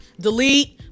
delete